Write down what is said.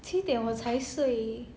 七点我才睡